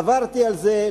עברתי על זה.